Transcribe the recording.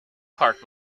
park